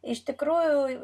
iš tikrųjų